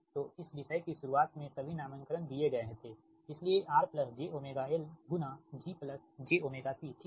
तो इस विषय की शुरुआत में सभी नाम करण दिए गए थे इसलिए rjωLgjω jωC ठीक है